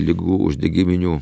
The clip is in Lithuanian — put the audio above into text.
ligų uždegiminių